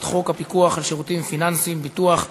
חוק הפיקוח על שירותים פיננסיים (ביטוח)